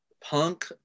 punk